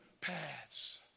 paths